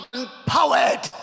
empowered